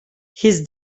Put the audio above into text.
his